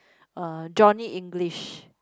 uh Johnny English